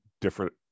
different